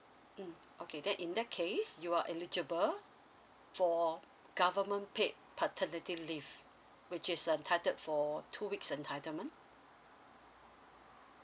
mm okay that in that case you are eligible for government paid paternity leave which is entitled for two weeks entitlement